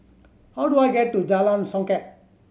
how do I get to Jalan Songket